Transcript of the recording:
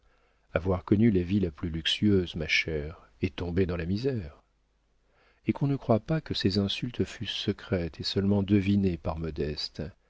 avoir connu la vie la plus luxueuse ma chère et tomber dans la misère et qu'on ne croie pas que ces insultes fussent secrètes et seulement devinées par